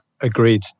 agreed